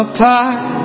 Apart